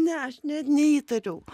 ne aš net neįtariau